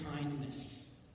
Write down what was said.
kindness